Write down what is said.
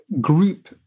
group